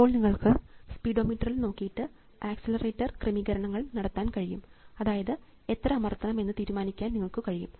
അപ്പോൾ നിങ്ങൾക്ക് സ്പീഡോമീറ്ററിൽ നോക്കിയിട്ട് ആക്സിലറേറ്റർ ക്രമീകരണങ്ങൾ നടത്താൻ കഴിയും അതായത് എത്ര അമർത്തണം എന്ന് തീരുമാനിക്കാൻ കഴിയും